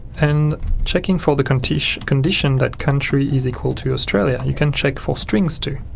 and checking for the condition condition that country is equal to australia you can check for strings too.